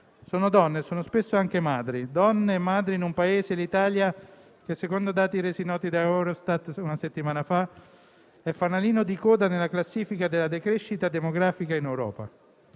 Sono donne e spesso anche madri in un Paese, come l'Italia, che secondo dati resi noti da Eurostat una settimana fa è fanalino di coda nella classifica della decrescita demografica in Europa.